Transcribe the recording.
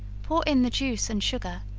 pour in the juice and sugar,